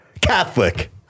Catholic